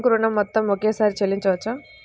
Bank ఋణం మొత్తము ఒకేసారి చెల్లించవచ్చా?